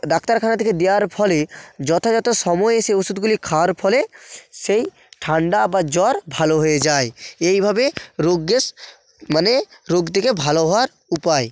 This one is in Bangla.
ডাক্তারখানা থেকে দেওয়ার ফলে যথাযথ সময়ে সেই ওষুধগুলি খাওয়ার ফলে সেই ঠান্ডা বা জ্বর ভালো হয়ে যায় এইভাবে রোগের মানে রোগ থেকে ভালো হওয়ার উপায়